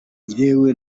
jyewe